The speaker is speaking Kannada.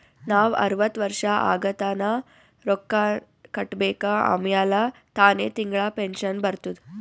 ನಾವ್ ಅರ್ವತ್ ವರ್ಷ ಆಗತನಾ ರೊಕ್ಕಾ ಕಟ್ಬೇಕ ಆಮ್ಯಾಲ ತಾನೆ ತಿಂಗಳಾ ಪೆನ್ಶನ್ ಬರ್ತುದ್